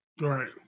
Right